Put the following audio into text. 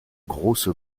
grosse